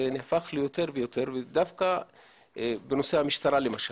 נהפך ליותר ויותר בנושא המשטרה למשל,